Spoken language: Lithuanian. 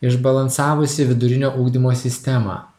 išbalansavusi vidurinio ugdymo sistemą